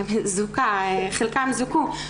חלקם זוכו,